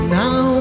now